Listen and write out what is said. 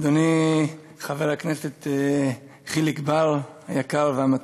אדוני חבר הכנסת חיליק בר היקר והמתוק,